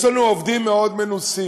יש לנו עובדים מאוד מנוסים,